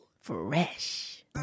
Fresh